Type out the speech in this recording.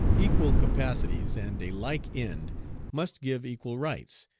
equal capacities and a like end must give equal rights,